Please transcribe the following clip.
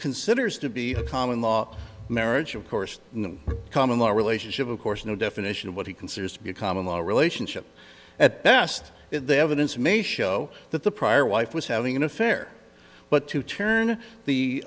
considers to be a common law marriage of course in the common law relationship of course no definition of what he considers to be a common law relationship at best if the evidence may show that the prior wife was having an affair but to turn the